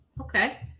okay